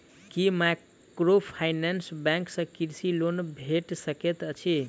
की microfinance bank सँ कृषि loan भेटि सकैत अछि?